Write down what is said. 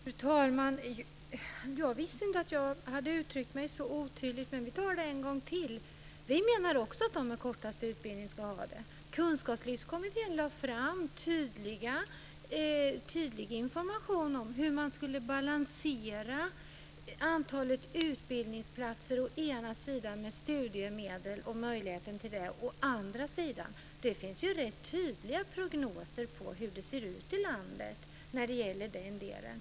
Fru talman! Jag visste inte att jag hade uttryckt mig så otydligt, men vi tar det en gång till. Vi menar också att de med kortast utbildning ska ha detta. Kunskapslyftskommittén lade fram tydlig information om hur man skulle balansera antalet utbildningsplatser å ena sidan med möjligheten till studiemedel å andra sidan. Det finns rätt tydliga prognoser på hur det ser ut i landet när det gäller den delen.